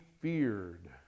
feared